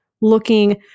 looking